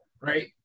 right